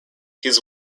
his